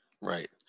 Right